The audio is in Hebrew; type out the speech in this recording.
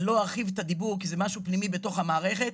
אני לא ארחיב את הדיבור כי זה משהו פנימי בתוך המערכת.